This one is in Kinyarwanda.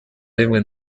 rimwe